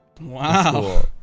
Wow